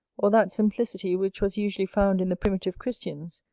or that simplicity which was usually found in the primitive christians,